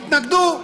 התנגדו.